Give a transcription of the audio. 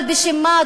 אבל בשם מה,